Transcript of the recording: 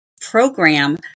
program